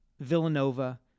Villanova